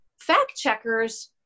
fact-checkers